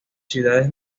ciudades